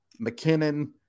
McKinnon